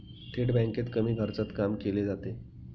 थेट बँकेत कमी खर्चात काम केले जाते